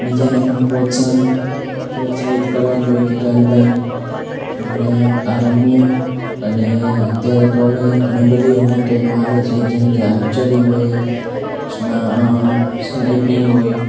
બીજાને પણ પ્રોત્સાહિત કરવા જોઈએ કે જો ચાલ ભાઈ આપણે આ રમીએ અને અત્યારે તો હવે ઘણી બધી રમતો એમાં આવે છે જેમકે આર્ચરી હોય સ્નાઈપિંગ હોય